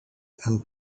and